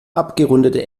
abgerundete